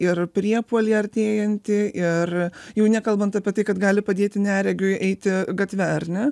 ir priepuolį artėjantį ir jau nekalbant apie tai kad gali padėti neregiui eiti gatve ar ne